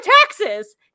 taxes